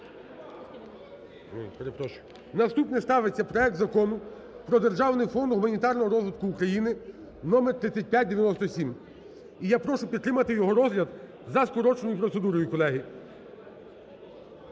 наступний ставиться проект Закону про державний фонд гуманітарного розвитку України (№ 3597). І я прошу підтримати його розгляд за скороченою процедурою, колеги.